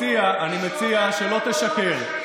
אני מציע שלא תשקר.